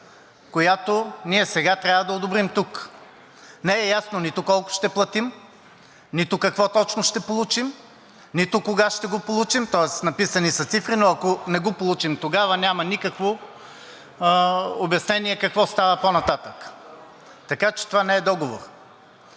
която ние сега трябва да одобрим тук. Не е ясно нито колко ще платим, нито какво точно ще получим, нито кога ще го получим. Тоест написани са цифри, но ако не го получим тогава, няма никакво обяснение какво става по нататък, така че това не е договор.